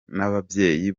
n’ababyeyi